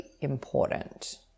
important